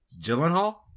Gyllenhaal